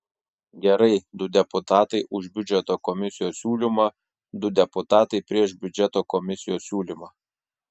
gerai du deputatai už biudžeto komisijos siūlymą du deputatai prieš biudžeto komisijos siūlymą